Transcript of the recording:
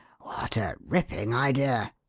what a ripping idea,